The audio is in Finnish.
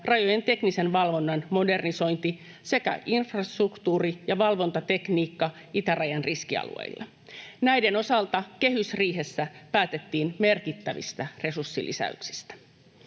rajojen teknisen valvonnan modernisointi sekä infrastruktuuri ja valvontatekniikka itärajan riskialueilla. Näiden osalta kehysriihessä päätettiin merkittävistä resurssilisäyksistä.